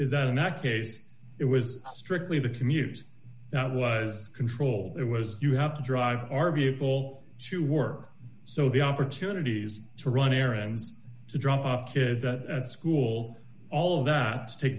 is that in that case it was strictly the commute that was controlled it was you have to drive our vehicle to work so the opportunities to run errands to drop off kids at school all of that